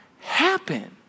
happen